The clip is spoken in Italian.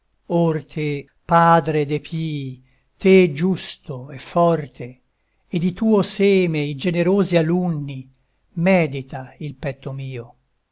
te padre de pii te giusto e forte e di tuo seme i generosi alunni medita il petto mio